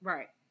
Right